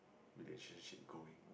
relationship going